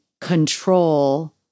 control